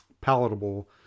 palatable